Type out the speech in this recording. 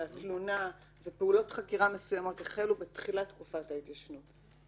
התלונה ופעולות חקירה מסוימות החלו בתחילת תקופת ההתיישנות,